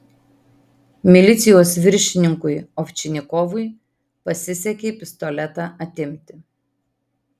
milicijos viršininkui ovčinikovui pasisekė pistoletą atimti